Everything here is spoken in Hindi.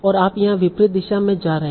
और आप यहां विपरीत दिशा में जा रहे हैं